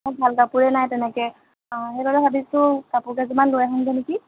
ভাল কাপোৰে নাই তেনেকৈ অঁ সেইবাবে ভাবিছোঁ কাপোৰ কেইযোৰমান লৈ আহোঁগৈ নেকি